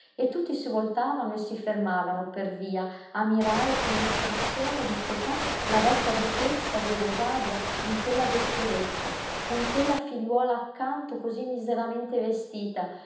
e tutti si voltavano e si fermavano per via a mirare con espressione di pietà la vecchia duchessa di rosàbia in quella vetturetta con quella figliuola accanto cosí miseramente vestita